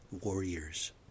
Warriors